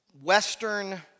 Western